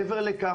מעבר לכך,